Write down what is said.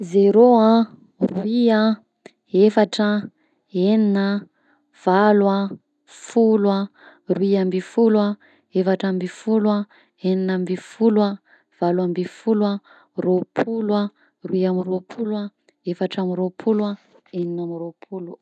Zero a, roy a, efatra a, enina a, valo a, folo a, roy amby folo a, efatra amby folo a, enina amby folo a, valo amby folo a, roapolo a, efatra amby roapolo a, enina amby roapolo.